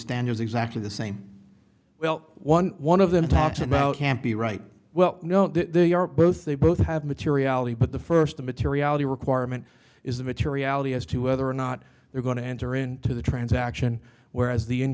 standards exactly the same well one one of them talks about can't be right well know that they are both they both have materiality but the first materiality requirement is the materiality as to whether or not they're going to enter into the transaction whereas the in